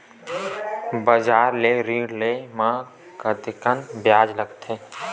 बजार ले ऋण ले म कतेकन ब्याज लगथे?